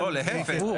לא, להיפך.